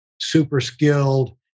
super-skilled